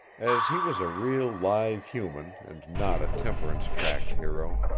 as he was a real, live human and not a temperance tract hero,